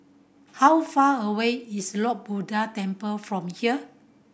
how far away is Lord Buddha Temple from here